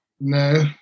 No